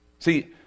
See